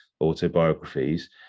autobiographies